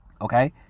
okay